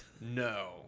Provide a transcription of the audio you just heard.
no